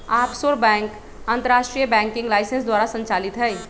offshore bank अंतरराष्ट्रीय banking licence द्वारा संचालित हइ